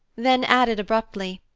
then added abruptly,